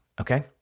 okay